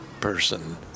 person